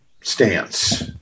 stance